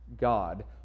God